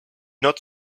not